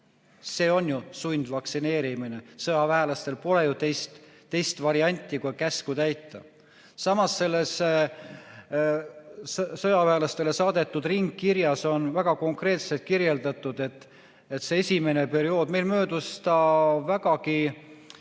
See on ju sundvaktsineerimine, sõjaväelastel pole ju teist varianti kui käsku täita. Samas selles kaitseväelastele saadetud ringkirjas on väga konkreetselt kirjeldatud, et see esimene periood möödus meil vägagi